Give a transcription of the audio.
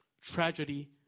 tragedy